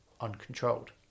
uncontrolled